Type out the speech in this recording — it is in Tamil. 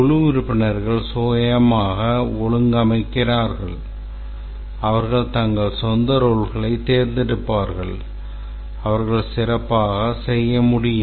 குழு உறுப்பினர்கள் சுயமாக ஒழுங்கமைக்கிறார்கள் அவர்கள் தங்கள் சொந்த ரோல்களை தேர்ந்தெடுப்பார்கள் அவர்கள் சிறப்பாகச் செய்ய முடியும்